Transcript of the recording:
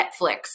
Netflix